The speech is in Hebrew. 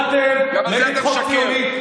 כך הצבעתם נגד חוק ציוני.